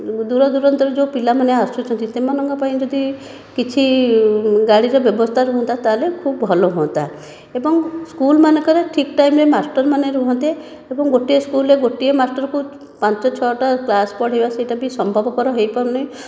ଦୂର ଦୂରାନ୍ତରୁ ଯେଉଁ ପିଲାମାନେ ଆସୁଛନ୍ତି ସେମାନଙ୍କ ପାଇଁ ଯଦି କିଛି ଗାଡ଼ିର ବ୍ୟବସ୍ଥା ରୁହନ୍ତା ତା'ହେଲେ ଖୁବ୍ ଭଲ ହୁଅନ୍ତା ଏବଂ ସ୍କୁଲ୍ ମାନଙ୍କରେ ଠିକ୍ ଟାଇମ୍ ରେ ମାଷ୍ଟର ମାନେ ରୁହନ୍ତେ ଏବଂ ଗୋଟିଏ ସ୍କୁଲ୍ ରେ ଗୋଟିଏ ମାଷ୍ଟରକୁ ପାଞ୍ଚ ଛଅଟା କ୍ଲାସ୍ ପଢ଼େଇବା ସେଇଟା ବି ସମ୍ଭବପର ହୋଇପାରୁନି